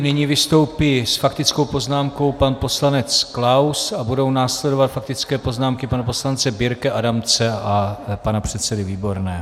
Nyní vystoupí s faktickou poznámkou pan poslanec Klaus a budou následovat faktické poznámky pana poslance Birkeho, Adamce a pana předsedy Výborného.